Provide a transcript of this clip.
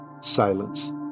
silence